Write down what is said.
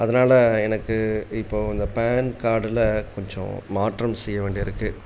அதனால எனக்கு இப்போது இந்த பான் கார்டில் கொஞ்சம் மாற்றம் செய்ய வேண்டியிருக்குது